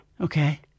Okay